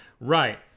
Right